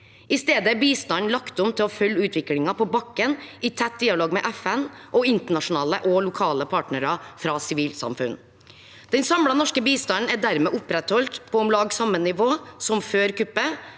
I stedet er bistanden lagt om til å følge utviklingen på bakken i tett dialog med FN og internasjonale og lokale partnere fra sivilsamfunn. Den samlede norske bistanden er dermed opprettholdt på om lag samme nivå som før kuppet,